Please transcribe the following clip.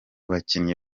bakinyi